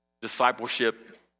discipleship